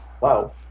Wow